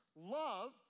love